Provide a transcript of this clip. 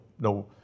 no